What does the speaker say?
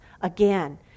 again